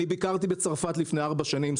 ביקרתי בצרפת לפני ארבע שנים,